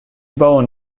bowen